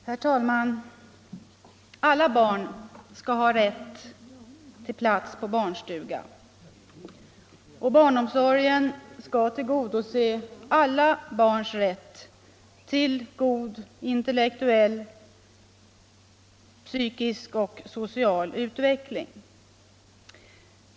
Herr talman! Alla barn skall ha rätt till plats på barnstuga. Barnomsorgen skall tillgodose alla barns rätt till god intellektuell, psykisk och social utveckling.